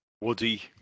Woody